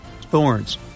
thorns